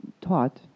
taught